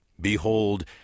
Behold